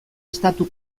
estatu